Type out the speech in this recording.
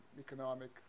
economic